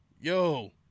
Yo